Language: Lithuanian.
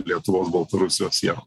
lietuvos baltarusijos sienų